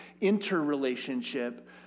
interrelationship